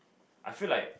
I feel like